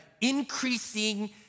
increasing